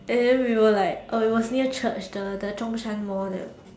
and then we were like oh it was near Church the the Zhong-Chang Mall there